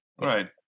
Right